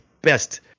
best